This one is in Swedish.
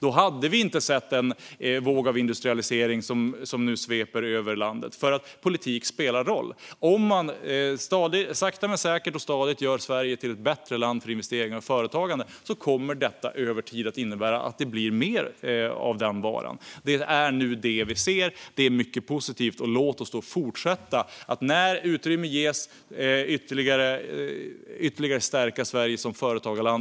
Då hade vi inte sett den våg av industrialisering som nu sveper över landet, för politik spelar roll. Om man sakta men säkert och stadigt gör Sverige till ett bättre land för investeringar och företagande kommer det över tid att innebära att det blir mer av den varan. Det är detta vi nu ser, och det är mycket positivt. Låt oss fortsätta att när utrymme ges ytterligare stärka Sverige som företagarland.